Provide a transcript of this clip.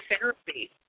therapy